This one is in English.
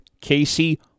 Casey